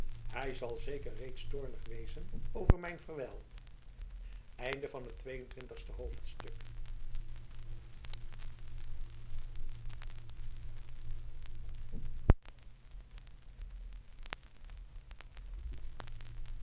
hij zal zeker reeds toornig wezen over mijn verwijl drie-en-twintigste hoofdstuk